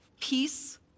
peace